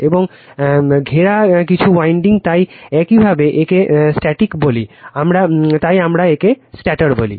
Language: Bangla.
এবং ঘেরা কিছু ওয়াইন্ডিং তাই একইভাবে একে স্ট্যাটিক বলি তাই আমরা একে স্টেটর বলি